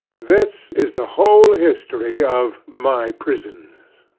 this is the whole history of my prisons.